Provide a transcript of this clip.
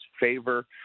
favor